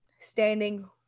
Standing